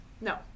No